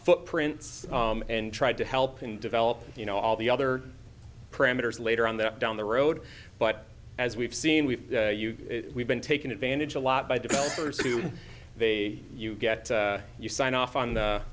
footprints and tried to help in developing you know all the other parameters later on that down the road but as we've seen we've we've been taking advantage of a lot by developers who they you get you sign off on the